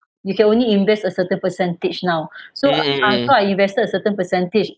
you can only invest a certain percentage now so I thought of investing a certain percentage